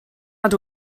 nad